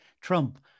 Trump